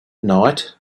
night